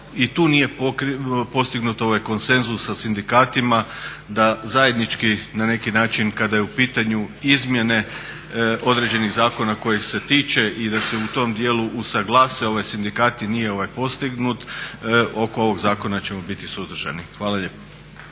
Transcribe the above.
i tu nije postignut konsenzus sa sindikatima da zajednički na neki način kada je u pitanju izmjene određenih zakona kojih se tiče i da se u tom dijelu usuglase sindikati nije postignut oko ovog zakona ćemo biti suzdržani. Hvala lijepo.